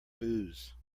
booze